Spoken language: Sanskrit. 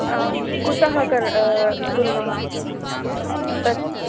कुतः कर् कुर्मः तत्